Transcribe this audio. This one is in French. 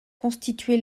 constitué